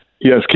yes